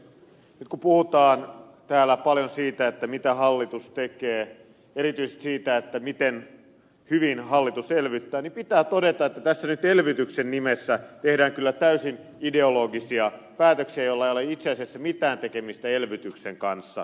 nyt kun täällä puhutaan paljon siitä mitä hallitus tekee erityisesti siitä miten hyvin hallitus elvyttää niin pitää todeta että tässä nyt elvytyksen nimessä tehdään kyllä täysin ideologisia päätöksiä joilla ei ole itse asiassa mitään tekemistä elvytyksen kanssa